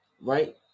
Right